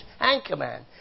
Anchorman